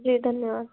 जी धन्यवाद